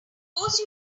course